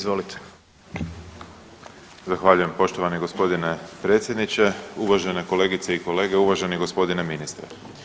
Zahvaljujem poštovani g. predsjedniče, uvažene kolegice i kolege, uvaženi g. ministre.